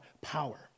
power